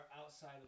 outside